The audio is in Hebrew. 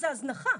זה הזנחה.